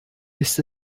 ist